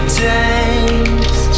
days